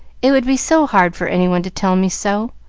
it would be so hard for any one to tell me so.